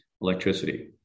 electricity